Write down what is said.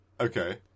Okay